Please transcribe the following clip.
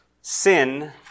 Sin